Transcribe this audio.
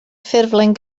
ffurflen